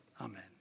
Amen